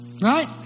right